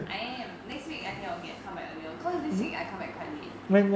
I am next week as in I get comeback earlier cause this week I come back quite late